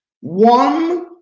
one